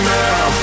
now